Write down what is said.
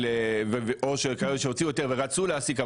או שיש כאלו שהוציאו היתר ורצו להעסיק,